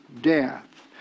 death